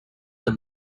them